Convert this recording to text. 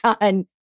done